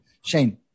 Shane